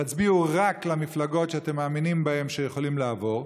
תצביעו רק למפלגות שאתם מאמינים בהן שיכולים לעבור,